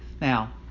Now